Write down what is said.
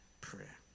prayer